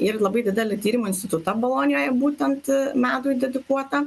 ir labai didelį tyrimo institutą bolonijoje būtent medui dedikuotą